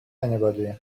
anybody